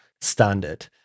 standard